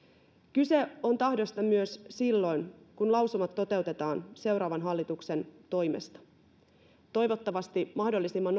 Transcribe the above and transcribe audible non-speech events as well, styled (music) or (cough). kyse on tahdosta myös silloin kun lausumat toteutetaan seuraavan hallituksen toimesta toivottavasti mahdollisimman (unintelligible)